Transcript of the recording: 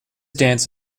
dance